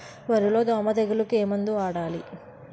వరిలో దోమ తెగులుకు ఏమందు వాడాలి?